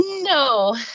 no